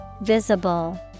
Visible